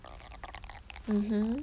mmhmm